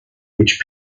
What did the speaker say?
which